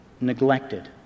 neglected